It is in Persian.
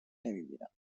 نمیبینن